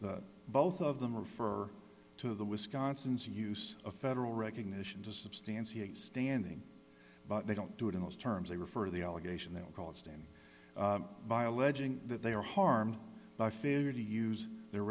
n both of them refer to the wisconsin's use of federal recognition to substantiate standing but they don't do it in those terms they refer to the allegation they were called stand by alleging that they are harmed by failure to use their